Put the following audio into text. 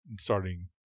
starting